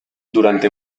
durante